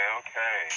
okay